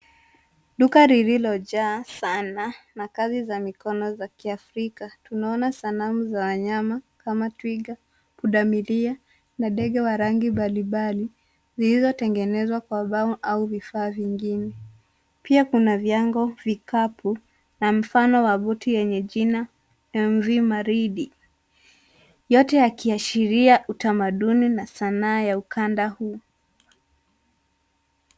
Duka lililojaa sana, na kazi za mikono za kiafrika. Tunaona sanamu za wanyama kama twiga, pundamilia, na ndege wa rangi mbalimbali, zilizotengenezwa kwa bao au vifaa vingine. Pia kuna viwango, vikapu, na mfano wa buti wenye jina MV Maridi, yote yakiashiria utamaduni na sanaa ya ukanda huu.